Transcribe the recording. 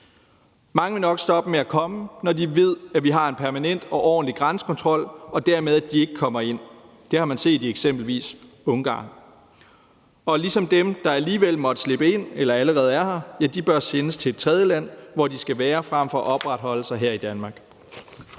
Mange vil nok stoppe med at komme, når de ved, at vi har en permanent og ordentlig grænsekontrol, og at de dermed ikke kommer ind. Det har man set i eksempelvis Ungarn. Og ligesom dem, der alligevel måtte slippe ind eller allerede er her, bør sendes til et tredjeland, hvor de skal være frem for at opholde sig her i Danmark.